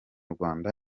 rwanda